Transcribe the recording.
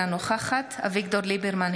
אינה נוכחת אביגדור ליברמן,